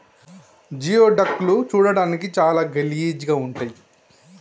geoduck లు చూడడానికి చాలా గలీజ్ గా ఉంటయ్